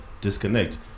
disconnect